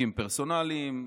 חוקים פרסונליים.